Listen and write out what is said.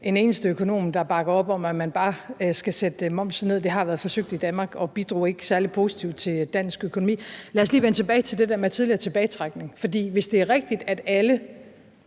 en eneste økonom, der bakker op om, at man bare skal sætte momsen ned – det har været forsøgt i Danmark, og det bidrog ikke særlig positivt til dansk økonomi. Lad os lige vende tilbage til det der med tidligere tilbagetrækning. For hvis det er rigtigt, at alle